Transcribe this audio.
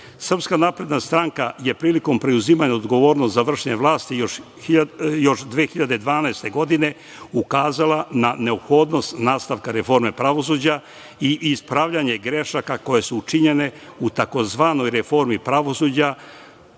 napredna stranka je prilikom preuzimanja odgovornosti za vršenje vlasti još 2012. godine ukazala na neophodnost nastavka reforme pravosuđa i ispravljanje grešaka koje su učinjene u tzv. reformi pravosuđa,